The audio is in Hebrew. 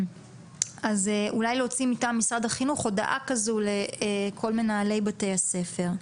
אז אולי להוציא מטעם משרד החינוך הודעה כזאת לכל מנהלי בתי הספר.